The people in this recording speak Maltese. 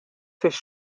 fix